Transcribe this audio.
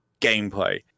gameplay